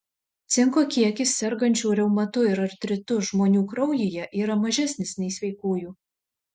cinko kiekis sergančių reumatu ir artritu žmonių kraujyje yra mažesnis nei sveikųjų